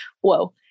whoa